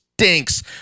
Stinks